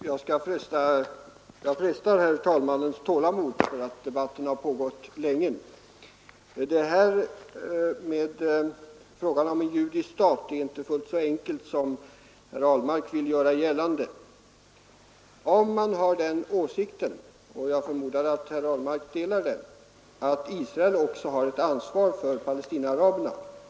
Herr talman! Jag frestar herr talmannens tålamod, för debatten har pågått länge. Frågan om en judisk stat är inte fullt så enkel som herr Ahlmark vill göra gällande. Jag förmodar att herr Ahlmark delar åsikten att Israel också har ansvar för Palestinaraberna.